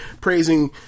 praising